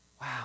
Wow